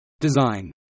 Design